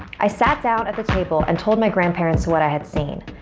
i sat down at the table and told my grandparents what i had seen.